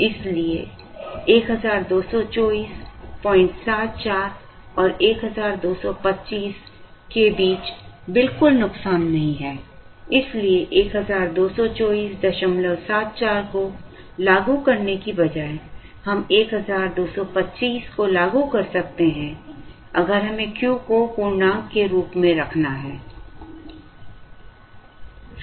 इसलिए 122474 और 1225 के बीच बिल्कुल नुकसान नहीं है इसलिए 122474 को लागू करने के बजाय हम 1225 को लागू कर सकते हैं अगर हमें Q को पूर्णांक के रूप में रखना है